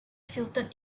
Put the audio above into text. filtered